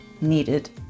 needed